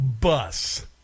bus